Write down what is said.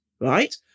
right